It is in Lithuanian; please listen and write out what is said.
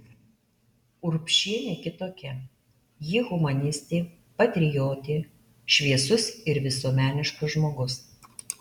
urbšienė kitokia ji humanistė patriotė šviesus ir visuomeniškas žmogus